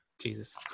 Jesus